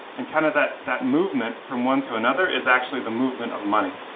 and kind of that that movement from one to another is actually the movement of money.